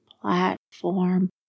platform